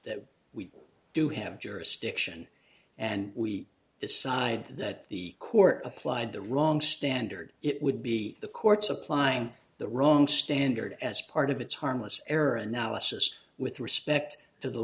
that we do have jurisdiction and we decide that the court applied the wrong standard it would be the court's applying the wrong standard as part of its harmless error analysis with respect to the